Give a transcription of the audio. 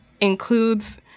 includes